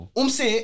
umse